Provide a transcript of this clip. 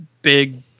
Big